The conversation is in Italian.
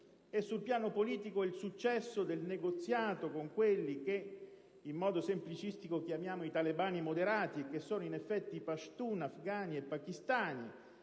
Sul piano politico il successo del negoziato con quelli che in modo semplicistico chiamiamo i talebani moderati, che sono in effetti i *pashtun* afgani e pakistani